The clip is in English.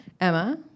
Emma